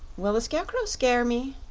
will the scarecrow scare me?